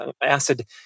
acid